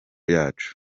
yacu